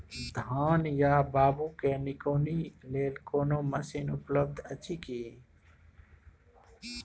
धान या बाबू के निकौनी लेल कोनो मसीन उपलब्ध अछि की?